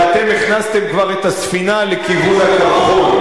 כשאתם כבר הכנסתם את הספינה לכיוון הקרחון.